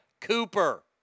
Cooper